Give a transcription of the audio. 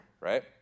right